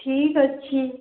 ଠିକ ଅଛି